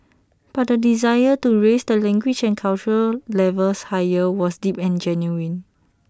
but the desire to raise the language and cultural levels higher was deep and genuine